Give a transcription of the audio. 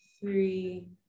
three